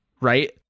right